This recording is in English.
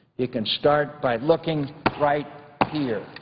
you can start by looking right here.